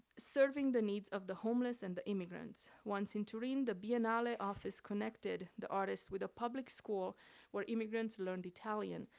serving the needs of the homeless and the immigrants. once in turin, the biennial ah office connected the artist with a public school where immigrants learned italian.